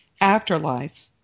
afterlife